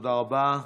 תודה רבה.